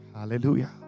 Hallelujah